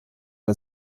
der